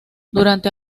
durante